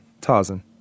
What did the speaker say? Tarzan